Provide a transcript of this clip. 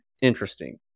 interesting